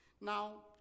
Now